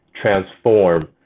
transform